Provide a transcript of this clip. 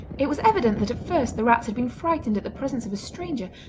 it was evident that at first the rats had been frightened at the presence of a stranger,